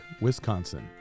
Wisconsin